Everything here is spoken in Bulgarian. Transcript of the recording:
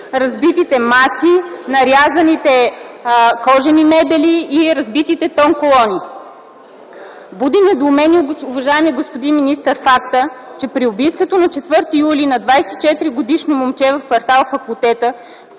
разбитите маси, нарязаните кожени мебели и разбитите тонколони. Буди недоумение, уважаеми господин министър, фактът, че при убийството на 4 юли на 24-годишно момче в кв. „Факултета”